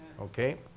Okay